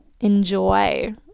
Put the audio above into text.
enjoy